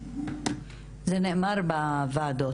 זה נאמר בוועדות?